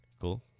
Cool